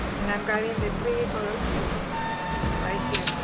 and i'm grabbing the three colors and right here.